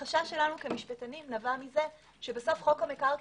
החשש שלנו כמשפטנים נבע מזה שבסוף חוק המקרקעין,